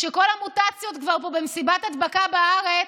כשכל המוטציות כבר פה במסיבת הדבקה בארץ,